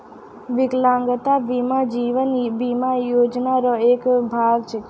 बिकलांगता बीमा जीवन बीमा योजना रो एक भाग छिकै